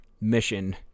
mission